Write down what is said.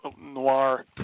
noir